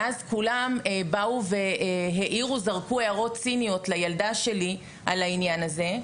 ואז כולם באו וזרקו הערות ציניות לילדה שלי על העניין הזה.